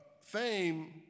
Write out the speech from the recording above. fame